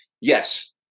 yes